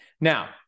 now